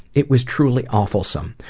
it was truly awfulsome.